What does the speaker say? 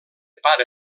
pare